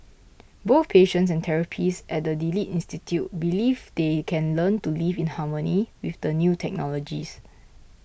both patients and therapists at the Delete Institute believe they can learn to live in harmony with the new technologies